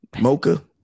Mocha